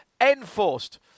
Enforced